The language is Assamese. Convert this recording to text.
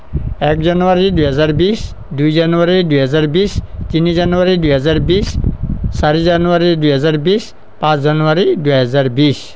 এক জানুৱাৰী দুহেজাৰ বিছ দুই জানুৱাৰী দুহেজাৰ বিছ তিনি জানুৱাৰী দুহেজাৰ বিছ চাৰি জানুৱাৰী দুহেজাৰ বিছ পাঁচ জানুৱাৰী দুহেজাৰ বিছ